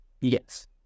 Yes